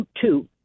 two